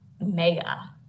mega